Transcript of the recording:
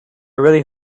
really